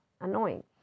annoying